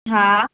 हा